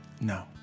No